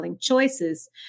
choices